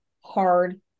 hard